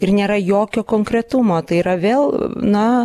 ir nėra jokio konkretumo tai yra vėl na